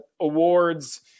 awards